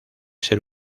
ser